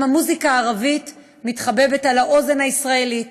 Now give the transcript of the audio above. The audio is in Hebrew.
גם המוזיקה הערבית מתחבבת על האוזן הישראלית.